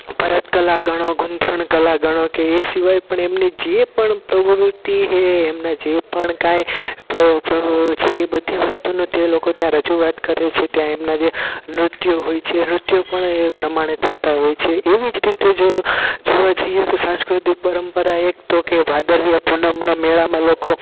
ભરતકલા ગણો કે ગૂંથણકલા ગણો કે એ સિવાય પણ એમની જે પણ પ્રવૃત્તિ કે એમના જે પણ કાંઈ છે ઇ બધી વસ્તુનો તે લોકો ત્યાં રજૂઆત કરે છે ત્યાં એમના જે નૃત્યો હોય છે નૃત્યો પણ એ પ્રમાણે થતાં હોય છે એવી જ રીતે જો જોવા જઈએ તો સાંસ્કૃતિક પરંપરા એક તો કે ભાદરવી પુનમનો મેળામાં લોકો